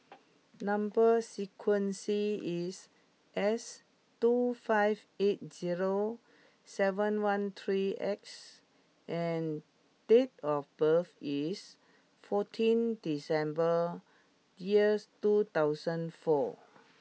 number sequence is S two five eight zero seven one three X and date of birth is fourteen December dears two thousand four